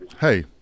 Hey